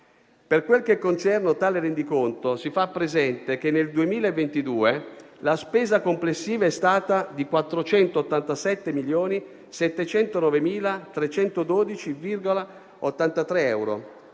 Per quel che concerne tale rendiconto, si fa presente che nel 2022 la spesa complessiva è stata di 487.709.312,83 euro,